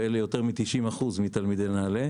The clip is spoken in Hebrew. ואלה יותר מ-90% מתלמידי נעל"ה,